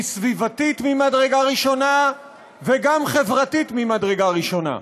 סביבתית ממדרגה ראשונה וגם חברתית ממדרגה ראשונה.